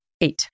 eight